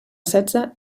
setze